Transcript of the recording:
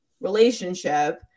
relationship